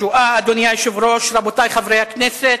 השואה, אדוני היושב-ראש, רבותי חברי הכנסת,